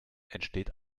entsteht